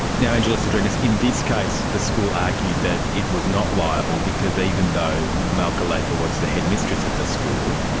now, angela sydrinis, in this case the school argued that it was not liable because even though malka leifer was the headmistress of the school,